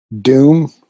Doom